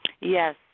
Yes